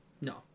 No